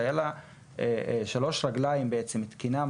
שהיו לה שלוש רגליים בעצם תקינה,